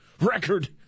record